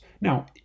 Now